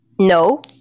No